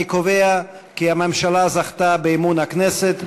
אני קובע כי הממשלה זכתה באמון הכנסת.